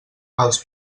els